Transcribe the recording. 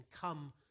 come